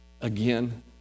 again